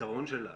בפתרון שלה,